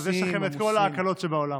אז יש לכם את כל ההקלות שבעולם.